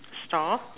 store